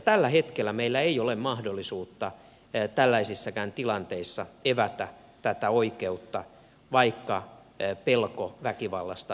tällä hetkellä meillä ei ole mahdollisuutta tällaisissakaan tilanteissa evätä tätä oikeutta vaikka pelko väkivallasta olisi ilmeinen